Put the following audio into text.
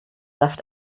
saft